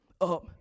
up